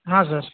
ಹಾಂ ಸರ್